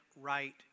right